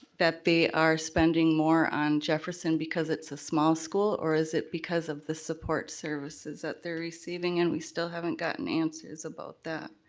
that they are spending more on jefferson because it's a small school or is it because of the support services that they're receiving and we still haven't gotten answers about that.